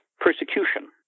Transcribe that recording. persecution